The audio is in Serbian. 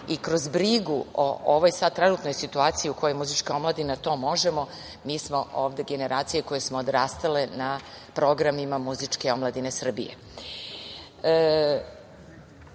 i kroz brigu o ovoj sad trenutnoj situaciji u kojoj je Muzička omladina, to možemo. Mi smo ovde generacije koje smo odrastale na programima Muzičke omladine Srbije. Znam